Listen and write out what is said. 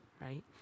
right